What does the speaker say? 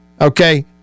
okay